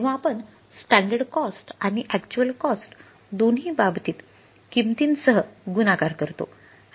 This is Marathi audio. तेव्हा आपण स्टॅंडर्ड कॉस्ट आणि अॅक्च्युअल कॉस्ट दोन्ही बाबतीत किंमतीसह गुणाकार करतो